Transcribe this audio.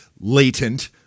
latent